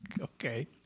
Okay